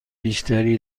بیشتری